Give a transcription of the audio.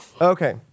Okay